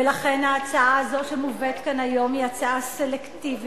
לכן ההצעה הזו שמובאת כאן היום היא הצעה סלקטיבית,